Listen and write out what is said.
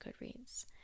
Goodreads